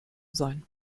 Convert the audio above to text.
sein